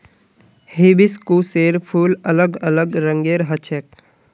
हिबिस्कुसेर फूल अलग अलग रंगेर ह छेक